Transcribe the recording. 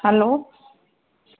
hello